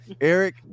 eric